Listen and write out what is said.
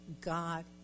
God